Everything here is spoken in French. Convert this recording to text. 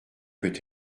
peut